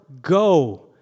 go